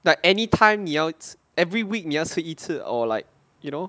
like anytime 你要 every week 你要吃一次 or like you know